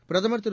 பிரதமர் திரு